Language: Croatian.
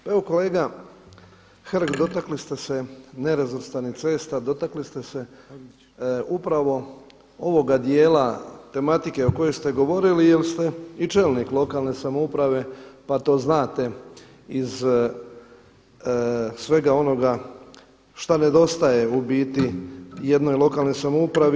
Pa evo kolega Hrg dotakli ste se nerazvrstanih cesta, dotakli ste se upravo ovoga dijela tematike o kojoj ste govorili jer ste i čelnik lokalne samouprave pa to znate iz svega onoga šta nedostaje u biti jednoj lokalnoj samoupravi.